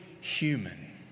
human